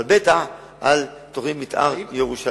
אבל בטח על תוכנית מיתאר ירושלים.